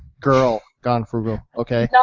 girl gone frugal, okay. yeah